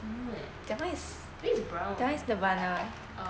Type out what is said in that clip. I don't know eh that [one] is brown